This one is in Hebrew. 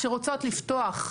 שרוצות לפתוח,